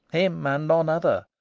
him and none other,